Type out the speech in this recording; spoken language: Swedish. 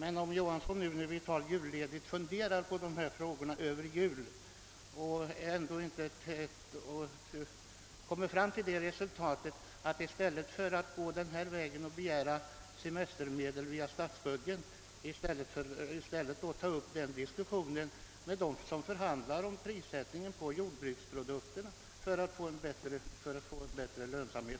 Om herr Johansson under julledigheten funderar över dessa saker, tror jag han finner att man i stället för att begära semestermedel via statsbudgeten bör ta upp en diskussion med dem som förhandlar om prissättningen på jordbruksprodukter för att få en bättre lönsamhet.